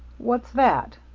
what's that?